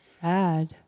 Sad